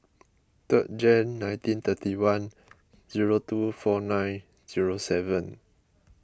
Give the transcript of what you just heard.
third Jan nineteen thirty one zero two four nine zero seven